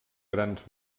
grans